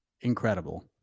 Incredible